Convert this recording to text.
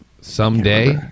someday